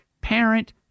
Parent